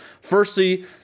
firstly